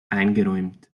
eingeräumt